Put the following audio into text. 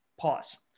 Pause